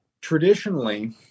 traditionally